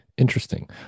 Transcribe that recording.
interesting